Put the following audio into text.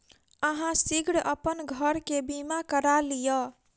अहाँ शीघ्र अपन घर के बीमा करा लिअ